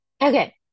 Okay